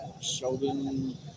Sheldon